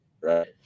right